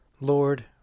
Lord